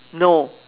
no